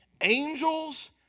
Angels